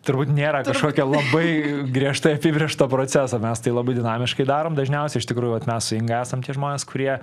turbūt nėra kažkokio labai griežtai apibrėžto proceso mes tai labai dinamiškai darom dažniausiai iš tikrųjų vat mes su inga esam tie žmonės kurie